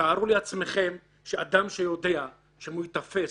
תארו לעצמכם שאדם שיודע שאם הוא ייתפס,